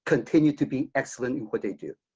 continue to be excellent in what they do,